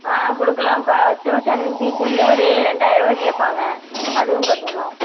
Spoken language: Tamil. ஆ கொடுக்கலாம்பா டியூஷன் ஃபீஸ் வந்து ஒரு ரெண்டாயிரம் ரூபா கேட்பாங்க அதுவும் கட்டணும்